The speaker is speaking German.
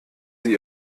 sie